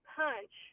punch